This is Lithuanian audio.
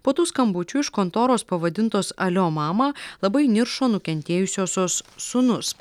po tų skambučių iš kontoros pavadintos alio mama labai įniršo nukentėjusiosios sūnus